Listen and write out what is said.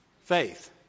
Faith